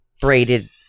braided